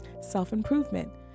self-improvement